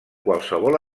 qualsevol